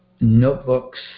notebooks